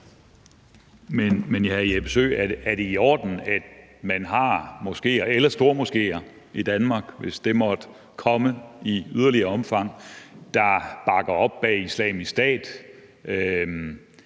Men, hr. Jeppe Søe, er det i orden, at man har moskéer eller stormoskéer i Danmark, hvis det måtte komme i et yderligere omfang, som bakker op om Islamisk Stat,